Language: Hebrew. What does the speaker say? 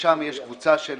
שם יש קבוצה של